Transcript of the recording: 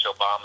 Obama